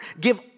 Give